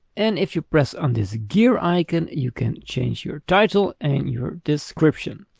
and if you press on this gear icon, you can change your title and your description.